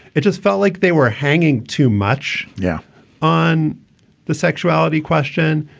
it just felt like they were hanging too much yeah on the sexuality question.